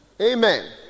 Amen